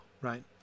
right